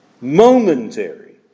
momentary